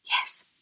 Yes